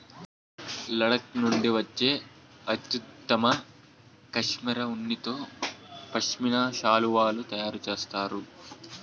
లడఖ్ నుండి వచ్చే అత్యుత్తమ కష్మెరె ఉన్నితో పష్మినా శాలువాలు తయారు చేస్తారు